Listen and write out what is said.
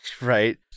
Right